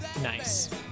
nice